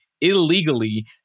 illegally